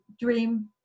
dream